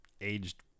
aged